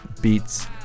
Beats